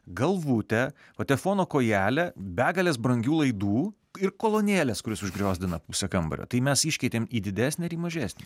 galvutę patefono kojelę begales brangių laidų ir kolonėles kurios užgriozdina pusę kambario tai mes iškeitėm į didesnę ar į mažesnę